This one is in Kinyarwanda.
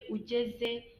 ugeze